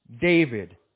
David